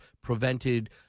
prevented